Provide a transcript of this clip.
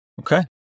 Okay